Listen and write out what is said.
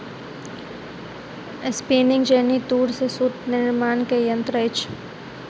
spinning jenny तूर से सूत निर्माण के यंत्र अछि